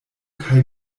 kaj